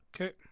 Okay